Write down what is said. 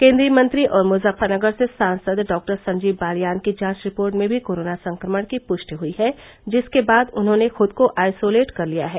केंद्रीय मंत्री और मुजफ्फरनगर से सांसद डॉक्टर संजीव बालियान की जांच रिपोर्ट में भी कोरोना संक्रमण की पुष्टि हुई है जिसके बाद उन्होंने खुद को आइसोलेट कर लिया है